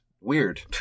weird